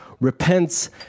repents